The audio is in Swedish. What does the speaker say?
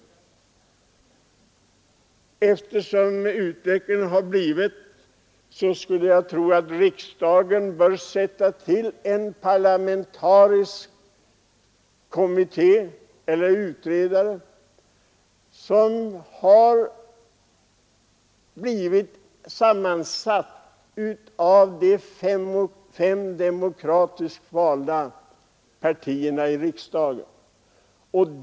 Med tanke på sakens utveckling skulle jag tro att riksdagen bör sätta till en parlamentarisk kommitté eller utredning, sammansatt av de fem demokratiskt valda riksdagspartierna.